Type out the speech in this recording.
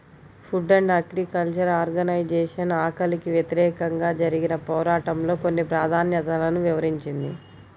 food and agriculture organization ఆకలికి వ్యతిరేకంగా జరిగిన పోరాటంలో కొన్ని ప్రాధాన్యతలను వివరించింది